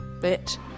bit